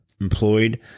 employed